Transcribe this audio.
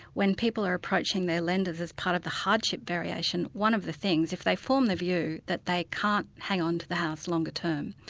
when people are approaching their lenders as part of the hardship variation, one of the things, if they form the view that they can't hang on to the house longer term,